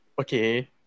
Okay